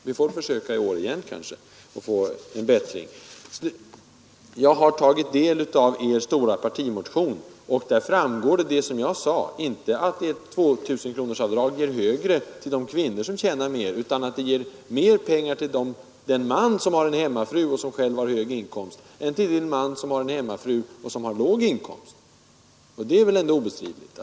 Vi får väl försöka i år igen att få till stånd en bättring. Jag har tagit del av er stora partimotion, och av den framgår att det är rätt, som jag sade. Inte att 2 000-kronorsavdraget ger mer pengar till de kvinnor som tjänar mer, utan att det ger mer pengar till den man, som har en hemmafru och som själv har hög inkomst, än till den man, som har en hemmafru och som själv har låg inkomst. Det är väl ändå obestridligt.